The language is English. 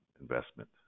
investment